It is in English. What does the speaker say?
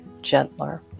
gentler